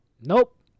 Nope